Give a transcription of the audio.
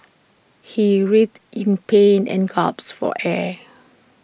he writhed in pain and gasped for air